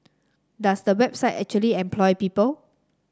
does the website actually employ people